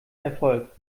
erfolg